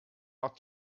out